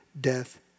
death